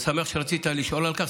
אני שמח שרצית לשאול על כך,